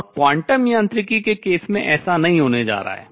और क्वांटम यांत्रिकी के केस में ऐसा नहीं होने जा रहा है